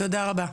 תודה רבה.